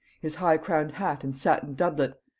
his high-crown'd hat and satin doublet,